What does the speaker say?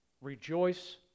Rejoice